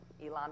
Elon